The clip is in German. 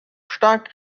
stark